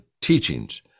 Teachings